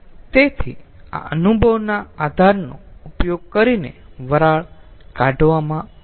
તેથી આ અનુભવના આધાર નો ઉપયોગ કરીને વરાળ કાઢવામાં આવશે